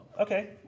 okay